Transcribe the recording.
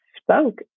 spoke